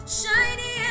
shiny